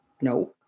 No